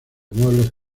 muebles